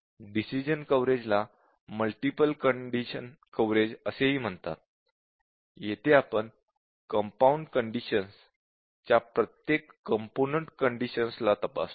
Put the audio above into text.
condition कव्हरेजला multiple condition coverage असेही म्हणतात येथे आपण कंपाऊंड कंडिशन्स च्या प्रत्येक कॉम्पोनन्ट कंडिशन ला तपासतो